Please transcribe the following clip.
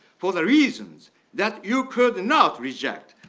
for the reasons that you could not reject,